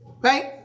Right